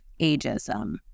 ageism